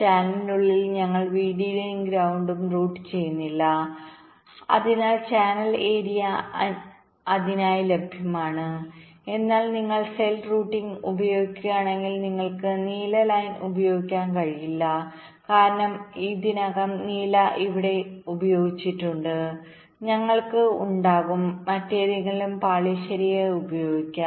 ചാനലിനുള്ളിൽ ഞങ്ങൾ വിഡിഡിയും ഗ്രൌണ്ടും റൂട്ട് ചെയ്യുന്നില്ല അതിനാൽ ചാനൽ ഏരിയ അതിനായി ലഭ്യമാണ് എന്നാൽ നിങ്ങൾ സെൽ റൂട്ടിംഗ് ഉപയോഗിക്കുകയാണെങ്കിൽ ഞങ്ങൾക്ക് നീല ലൈൻ ഉപയോഗിക്കാൻ കഴിയില്ല കാരണം ഇതിനകം നീല ഇവിടെ ഉപയോഗിച്ചിട്ടുണ്ട് ഞങ്ങൾക്ക് ഉണ്ടാകും മറ്റേതെങ്കിലും പാളി ശരിയായി ഉപയോഗിക്കാൻ